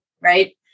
Right